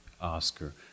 Oscar